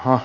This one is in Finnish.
hah